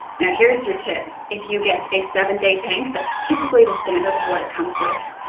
now here's your tip if you get a seven day tank, that's typically the standard of what it comes with,